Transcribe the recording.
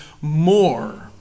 more